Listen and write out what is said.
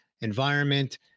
environment